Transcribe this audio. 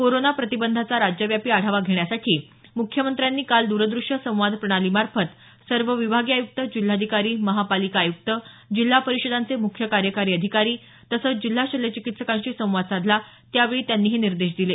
corona प्रतिबंधाचा राज्यव्यापी आढावा घेण्यासाठी मुख्यमंत्र्यांनी काल दरदृष्य संवाद प्रणालीमार्फत सर्व विभागीय आयुक्त जिल्हाधिकारी महापालिका आयुक्त जिल्हा परिषदांचे मुख्य कार्यकारी अधिकारी तसंच जिल्हा शल्यचिकित्सकांशी संवाद साधला त्यावेळी हे निर्देश दिले